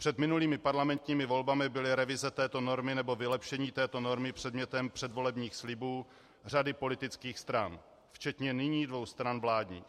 Před minulými parlamentními volbami byly revize této normy nebo vylepšení této normy předmětem předvolebních slibů řady politických stran, včetně nyní dvou stran vládních.